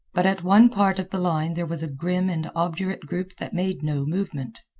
but at one part of the line there was a grim and obdurate group that made no movement.